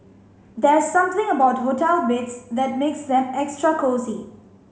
there's something about hotel beds that makes them extra cosy